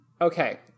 Okay